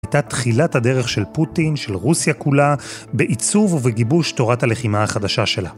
הייתה תחילת הדרך של פוטין, של רוסיה כולה, בעיצוב ובגיבוש תורת הלחימה החדשה שלה.